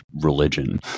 religion